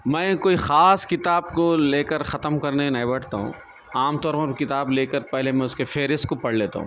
میں کوئی خاص کتاب کو لے کر ختم کرنے نہیں بیٹھتا ہوں عام طور پر کتاب لے کر پہلے میں اس کی فہرست کو پڑھ لیتا ہوں